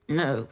no